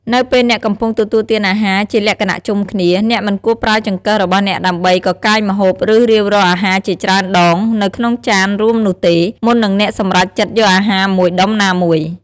នៅពេលអ្នកកំពុងទទួលទានអាហារជាលក្ខណៈជុំគ្នា អ្នកមិនគួរប្រើចង្កឹះរបស់អ្នកដើម្បី កកាយម្ហូប ឬរាវរកអាហារជាច្រើនដង នៅក្នុងចានរួមនោះទេ មុននឹងអ្នកសម្រេចចិត្តយកអាហារមួយដុំណាមួយ។